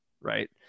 right